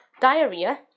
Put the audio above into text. diarrhea